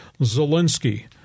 Zelensky